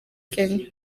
kenya